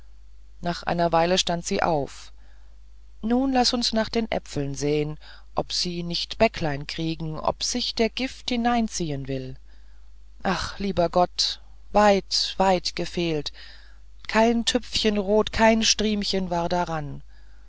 nach einer weile stand sie auf nun laß uns nach den äpfeln sehn ob sie nicht bäcklein kriegen ob sich der gift hineinziehn will ach lieber gott weit weit gefehlt kein tüpfchen rot kein striemchen war daran